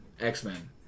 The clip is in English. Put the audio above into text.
X-Men